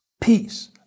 peace